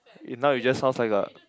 eh now you just sounds like a